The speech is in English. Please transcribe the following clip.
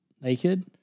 Naked